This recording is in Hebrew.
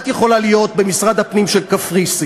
את יכולה להיות במשרד הפנים של קפריסין.